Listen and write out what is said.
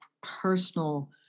personal